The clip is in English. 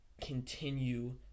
continue